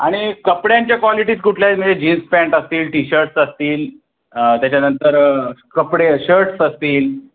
आणि कपड्यांच्या कॉलीटीज कुठल्याही म्हणजे जीन्स प्यांट असतील टी शर्टस् असतील त्याच्यानंतर कपडे शर्टस् असतील